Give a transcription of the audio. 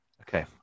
Okay